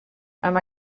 amb